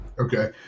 Okay